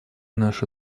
наша